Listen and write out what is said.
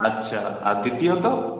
আচ্ছা আর দ্বিতীয়ত